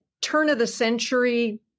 turn-of-the-century